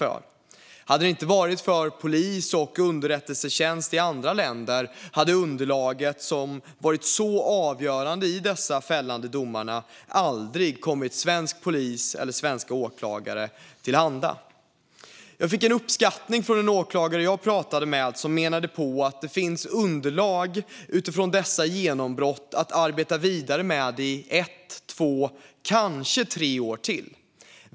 Hade det inte varit för polis och underrättelsetjänst i andra länder hade det underlag som varit så avgörande i dessa fällande domar aldrig kommit svensk polis eller svenska åklagare till handa. Jag fick en uppskattning från en åklagare som jag pratade med. Åklagaren menade att det utifrån dessa genombrott finns underlag att arbeta vidare med i ett, två eller kanske tre år till.